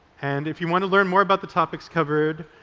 and if you want to learn more about the topics covered,